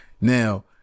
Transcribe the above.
now